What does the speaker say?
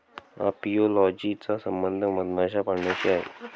apiology चा संबंध मधमाशा पाळण्याशी आहे